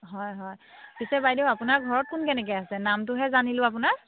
হয় হয় পিছে বাইদেউ আপোনাৰ ঘৰত কোন কেনেকৈ আছে নামটোহে জানিলোঁ আপোনাৰ